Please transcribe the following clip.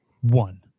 one